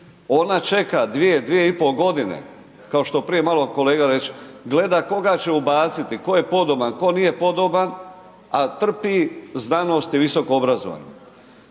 ona čeka 2-2,5 godine, kao što prije malo kolega reče, gleda koga će ubaciti, tko je podoban, tko nije podoban, a trpi znanosti i visoko obrazovanje.